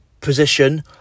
position